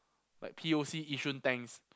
like P_O_C Yishun thanks